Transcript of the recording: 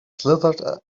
slithered